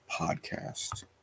podcast